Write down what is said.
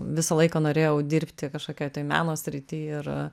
visą laiką norėjau dirbti kažkokioje tai meno srity ir